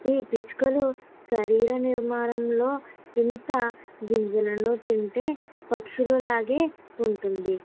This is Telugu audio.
ఈ పిచ్చుకలు శరీర నిర్మాణంలో ఎంత గింజలను తింటే పక్షులు లాగే ఉంటుంది